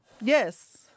Yes